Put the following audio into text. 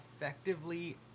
effectively